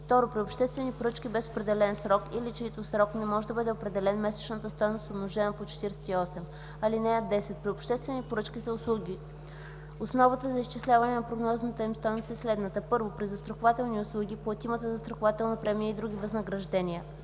2. при обществени поръчки без определен срок или чийто срок не може да бъде определен – месечната стойност умножена по 48. (10) При обществени поръчки за услуги основата за изчисляване на прогнозната им стойност е следната: 1. при застрахователни услуги – платимата застрахователна премия и други възнаграждения;